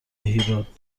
هیراد